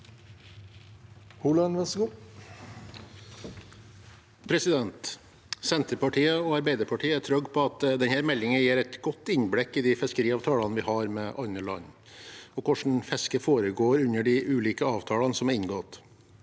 Holand (Sp) Senterpartiet og Arbeiderpartiet er trygge på at denne meldingen gir et godt innblikk i de fiskeriavtalene vi har med andre land, og hvordan fisket foregår under de ulike avtalene som er inngått.